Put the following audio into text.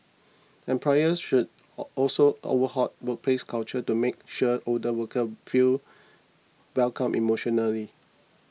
employers should also overhaul workplace culture to make sure older workers feel welcome emotionally